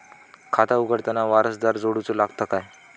खाता उघडताना वारसदार जोडूचो लागता काय?